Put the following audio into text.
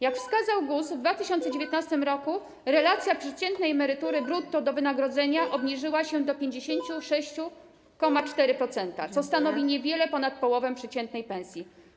Jak wskazał GUS, w 2019 r. relacja przeciętnej emerytury brutto do wynagrodzenia obniżyła się do 56,4%, co stanowi niewiele ponad połowę przeciętnej pensji.